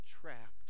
trapped